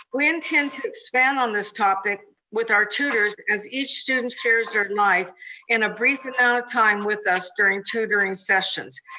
when tend to expand on this topic with our tutors, as each student shares their life in a brief amount of time with us during tutoring sessions.